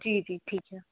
जी जी ठीक है